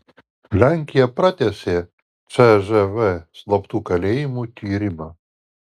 lenkija pratęsė cžv slaptų kalėjimų tyrimą